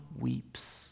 weeps